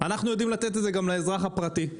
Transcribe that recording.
אנחנו יודעים לתת את זה לאזרח הפרטי.